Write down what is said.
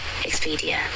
Expedia